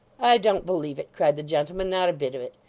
i don't believe it cried the gentleman, not a bit of it.